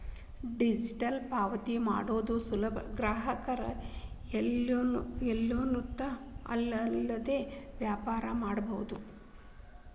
digital ಪಾವತಿ ಮಾಡೋದು ಸುಲಭ ಗ್ರಾಹಕ ಎಲ್ಲಿರ್ತಾನೋ ಅಲ್ಲಿಂದ್ಲೇ ವ್ಯವಹಾರ ಮಾಡಬೋದು